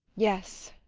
yes,